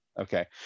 okay